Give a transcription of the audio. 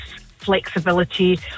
flexibility